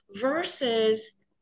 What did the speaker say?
versus